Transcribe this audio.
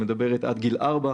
שמדברת על עד גיל ארבע,